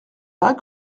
pas